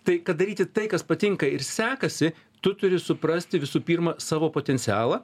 tai kad daryti tai kas patinka ir sekasi tu turi suprasti visų pirma savo potencialą